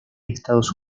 estados